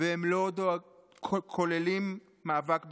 והם לא כוללים מאבק בשחיתות.